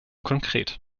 konkret